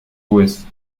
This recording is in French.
ouest